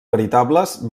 veritables